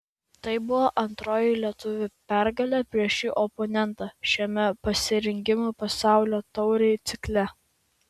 tai buvo antroji lietuvių pergalė prieš šį oponentą šiame pasirengimo pasaulio taurei cikle